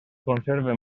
conserven